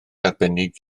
arbennig